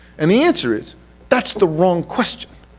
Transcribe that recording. and the answer is that's the wrong question.